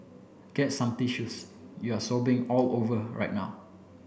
get some tissues you're sobbingv all over right now